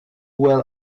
well